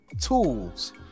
tools